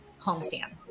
homestand